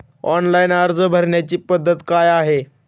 Online अर्ज भरण्याची पद्धत काय आहे?